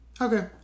Okay